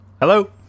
Hello